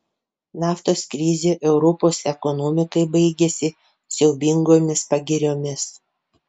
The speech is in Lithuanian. naftos krizė europos ekonomikai baigėsi siaubingomis pagiriomis